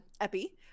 epi